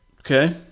Okay